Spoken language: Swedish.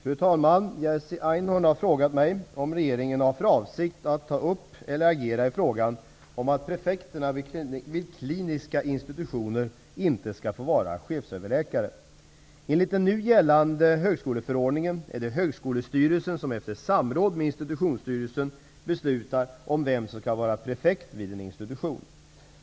Fru talman! Jerzy Einhorn har frågat mig om regeringen har för avsikt att ta upp eller agera i frågan om att prefekterna vid kliniska institutioner inte skall få vara chefsöverläkare. Enligt den nu gällande högskoleförordningen är det högskolestyrelsen som efter samråd med institutionsstyrelsen beslutar vem som skall vara prefekt vid en institution.